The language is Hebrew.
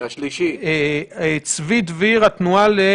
אנחנו יודעים ששליש מהמגעים מאותרים על ידי